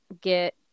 get